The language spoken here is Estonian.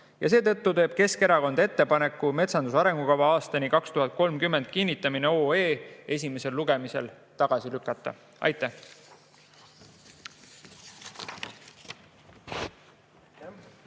Seetõttu teeb Keskerakond ettepaneku eelnõu "Metsanduse arengukava aastani 2030 kinnitamine" esimesel lugemisel tagasi lükata. Aitäh!